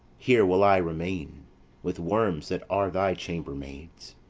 here will i remain with worms that are thy chambermaids.